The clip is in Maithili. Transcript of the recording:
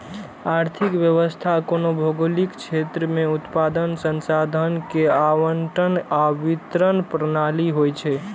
आर्थिक व्यवस्था कोनो भौगोलिक क्षेत्र मे उत्पादन, संसाधन के आवंटन आ वितरण प्रणाली होइ छै